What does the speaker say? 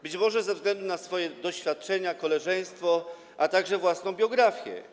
Być może ze względu na swoje doświadczenia, koleżeństwo, a także własną biografię.